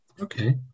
Okay